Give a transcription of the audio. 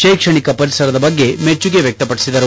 ಶೈಕ್ಷಣಿಕ ಪರಿಸರದ ಬಗ್ಗೆ ಮೆಚ್ಚುಗೆ ವ್ಯಕ್ತಪಡಿಸಿದರು